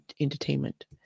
entertainment